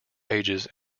ages